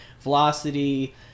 velocity